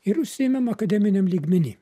ir užsiėmėm akademiniam lygmeny